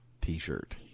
t-shirt